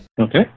Okay